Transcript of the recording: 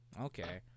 Okay